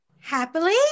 Happily